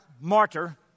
martyr